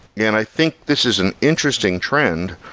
and i think this is an interesting trend.